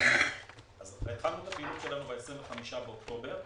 התחלנו את הדיון שלנו ב-25 באוקטובר.